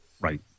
Right